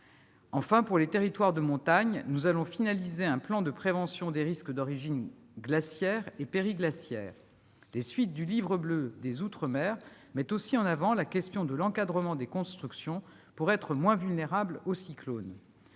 Enfin, pour les territoires de montagnes, nous allons finaliser un plan de prévention des risques d'origine glaciaire et périglaciaire. Les suites du Livre bleu des outre-mer mettent en avant la question de l'encadrement des constructions pour diminuer la vulnérabilité aux cyclones.